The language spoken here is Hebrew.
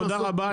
תודה רבה,